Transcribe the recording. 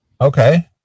okay